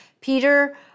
Peter